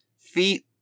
feet